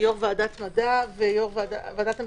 יו"ר ועדת מדע ודעת המשנה,